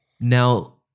Now